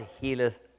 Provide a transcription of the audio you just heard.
healeth